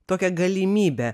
tokią galimybę